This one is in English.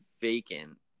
vacant